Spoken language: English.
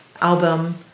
album